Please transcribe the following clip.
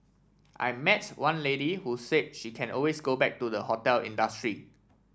I met one lady who say she can always go back to the hotel industry